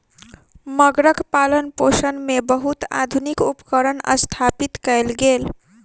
मगरक पालनपोषण मे बहुत आधुनिक उपकरण स्थापित कयल गेल